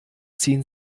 ziehen